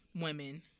women